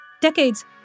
decades